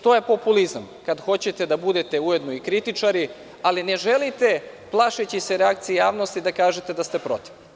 To je populizam kada hoćete da budete ujedno i kritičari, ali ne želite plašeći se reakcije javnosti da kažete da ste protiv.